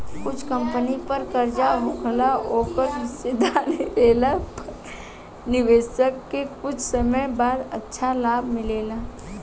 कुछ कंपनी पर कर्जा होखेला ओकर हिस्सेदारी लेला पर निवेशक के कुछ समय बाद अच्छा लाभ मिलेला